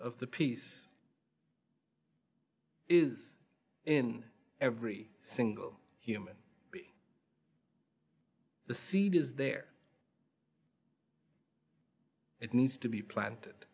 of the peace is in every single human the seed is there it needs to be planted